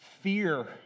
fear